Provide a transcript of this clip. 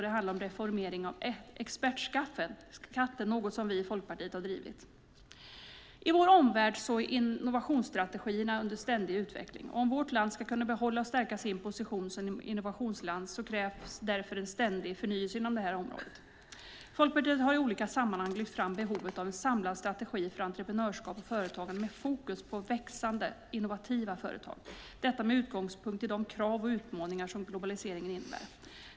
Det handlar om reformering av expertskatten, något som vi i Folkpartiet har drivit. I vår omvärld är innovationsstrategierna under ständig utveckling. Om vårt land ska kunna behålla och stärka sin position som innovationsland krävs därför en ständig förnyelse inom området. Folkpartiet har i olika sammanhang lyft fram behovet av en samlad strategi för entreprenörskap och företagande med fokus på växande, innovativa företag, detta med utgångspunkt i de krav och utmaningar som globaliseringen innebär.